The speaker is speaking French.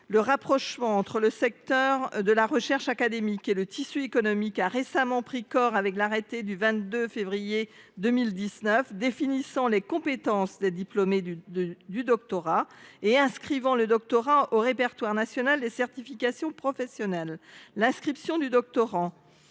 Le rapprochement entre le secteur de la recherche académique et le tissu économique a récemment pris corps au travers de l’arrêté du 22 février 2019 définissant les compétences des diplômés du doctorat et inscrivant le doctorat au répertoire national des certifications professionnelles (RNCP). L’inscription du doctorat